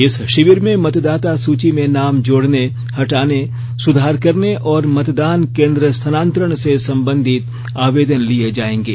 इस शिविर में मतदाता सुची में नाम जोड़ने हटाने सुधार करने और मतदान केंद्र स्थानांतरण से संबंधित आवेदन लिए जाएंगे